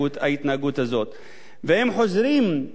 ואם חוזרים ליחסה של ישראל,